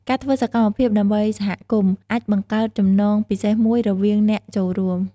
ការធ្វើសកម្មភាពដើម្បីសហគមន៍អាចបង្កើតចំណងពិសេសមួយរវាងអ្នកចូលរួម។